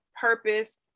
purpose